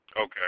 Okay